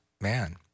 man